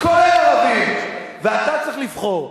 אתה צריך לבחור.